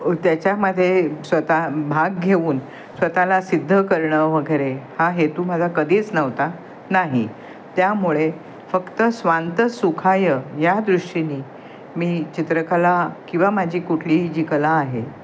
त्याच्यामध्ये स्वतः भाग घेऊन स्वतःला सिद्ध करणं वगैरे हा हेतू माझा कधीच नव्हता नाही त्यामुळे फक्त स्वांतः सुखाय या दृष्टीने मी चित्रकला किंवा माझी कुठली जी कला आहे